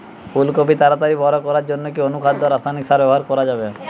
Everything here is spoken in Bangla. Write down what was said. ফুল কপি তাড়াতাড়ি বড় করার জন্য কি অনুখাদ্য ও রাসায়নিক সার ব্যবহার করা যাবে?